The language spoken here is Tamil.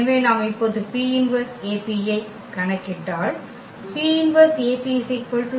எனவே நாம் இப்போது P−1AP ஐ கணக்கிட்டால்